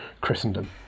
Christendom